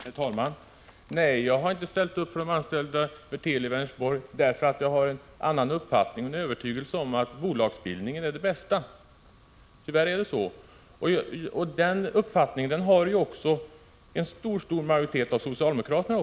Herr talman! Nej, jag har inte ställt upp för de anställda vid Teli i Vänersborg, därför att jag har en annan uppfattning och en övertygelse om att bolagsbildning är det bästa. Samma uppfattning har också en stor majoritet bland socialdemokraterna.